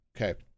okay